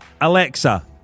Alexa